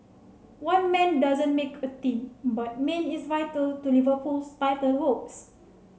one man doesn't make a team but Mane is vital to Liverpool's title hopes